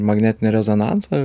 magnetinį rezonansą